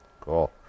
Cool